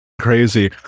crazy